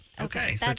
Okay